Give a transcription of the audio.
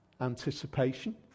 Anticipation